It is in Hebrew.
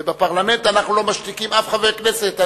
ובפרלמנט אנחנו לא משתיקים אף חבר כנסת.